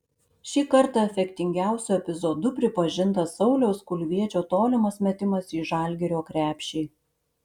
šį kartą efektingiausiu epizodu pripažintas sauliaus kulviečio tolimas metimas į žalgirio krepšį